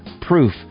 proof